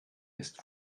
ist